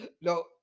no